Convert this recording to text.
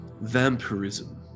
vampirism